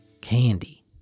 Candy